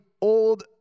old